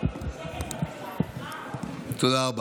תודה רבה.